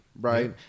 right